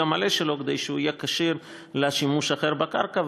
המלא שלו כדי שהוא יהיה כשיר לשימוש אחר בקרקע,